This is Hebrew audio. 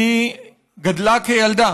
היא גדלה כילדה